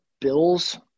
bills